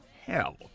hell